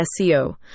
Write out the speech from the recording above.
SEO